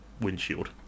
windshield